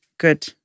Good